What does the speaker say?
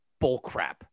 bullcrap